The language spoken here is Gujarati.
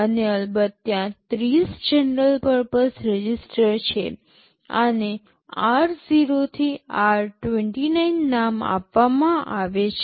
અને અલબત્ત ત્યાં ૩૦ જનરલ પર્પસ રજિસ્ટર છે આને r0 થી r29 નામ આપવામાં આવે છે